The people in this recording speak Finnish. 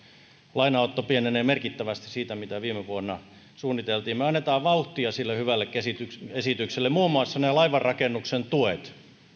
lainanotto pienenee merkittävästi siitä mitä viime vuonna suunniteltiin me annamme vauhtia sille hyvälle esitykselle esitykselle muun muassa ne laivanrakennuksen tuet